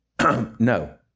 no